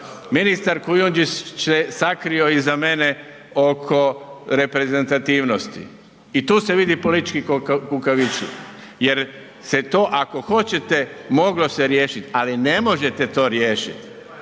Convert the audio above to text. Ministar Kujundžić se sakrio iza mene oko reprezentativnosti i tu se vidi politički kukavičluk jer se to ako hoćete moglo se riješiti, ali ne možete to riješiti.